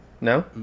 No